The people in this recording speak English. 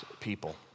people